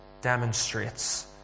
demonstrates